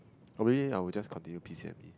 or maybe I will just continue P C M E